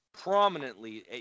prominently